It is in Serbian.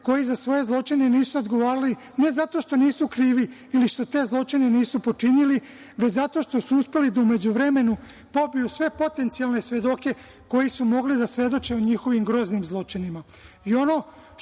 koji za svoje zločine nisu odgovarali, ne zato što nisu krivi ili zato što te zločine nisu počinili, već zato što su uspeli da u međuvremenu pobiju sve potencijalne svedoke koji su mogli da svedoče o njihovim groznim zločinima. Ono